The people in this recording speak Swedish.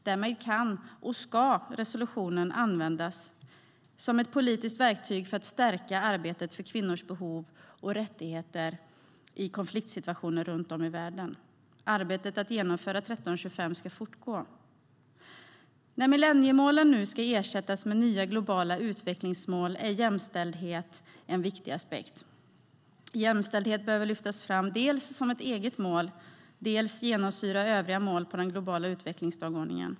Därmed kan och ska resolutionen användas som ett politiskt verktyg för att stärka arbetet för kvinnors behov och rättigheter i konfliktsituationer runt om i världen. Arbetet med att genomföra 1325 ska fortgå. När millenniemålen nu ska ersättas med nya globala utvecklingsmål är jämställdhet en viktig aspekt. Jämställdhet behöver dels lyftas fram som ett eget mål, dels genomsyra övriga mål på den globala utvecklingsdagordningen.